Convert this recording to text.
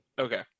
Okay